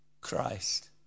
Christ